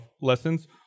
lessons